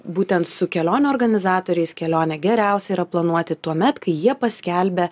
būtent su kelionių organizatoriais kelionę geriausia yra planuoti tuomet kai jie paskelbia